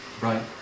Right